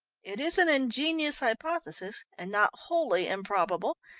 it is an ingenious hypothesis, and not wholly improbable,